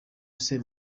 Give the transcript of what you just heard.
ese